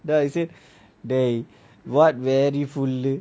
then I say dey what very full leh